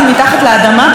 בשביל מה,